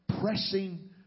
pressing